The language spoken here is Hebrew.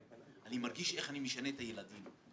אני מרגיש איך אני משנה את הילדים,